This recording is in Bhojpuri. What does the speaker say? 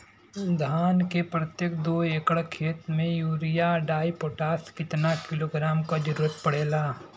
धान के प्रत्येक दो एकड़ खेत मे यूरिया डाईपोटाष कितना किलोग्राम क जरूरत पड़ेला?